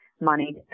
money